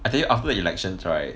I tell you after elections right